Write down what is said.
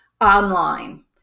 online